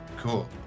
Cool